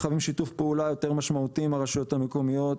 חייבים שיתוף פעולה יותר משמעותי עם הרשויות המקומיות.